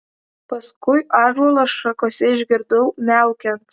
paskui ąžuolo šakose išgirdau miaukiant